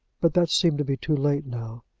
but that seemed to be too late now.